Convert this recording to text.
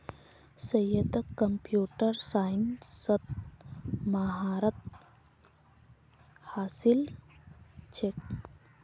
सैयदक कंप्यूटर साइंसत महारत हासिल छेक